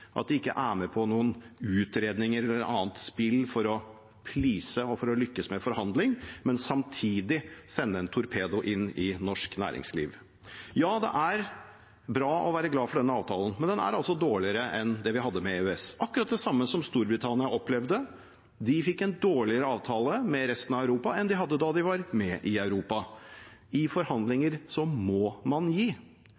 at de ikke er med på utredninger eller annet spill for å «please» og for å lykkes med forhandling, og samtidig sender en torpedo inn i norsk næringsliv. Det er bra å være glad for denne avtalen, men den er altså dårligere enn det vi hadde med EØS, akkurat det samme som Storbritannia opplevde. De fikk en dårligere avtale med resten av Europa enn de hadde da de var med i Europa. I